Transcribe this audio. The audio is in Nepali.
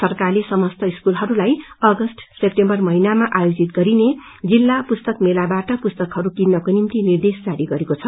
सरकारले समस्त स्कूलहरूलाई अगस्त सेप्टेम्बर महिनामा आयोजित गरिने जिल्ला पुस्तक मेलाबाट पुस्तकहरू किन्नको निम्ति निर्देश जारी गरेको छ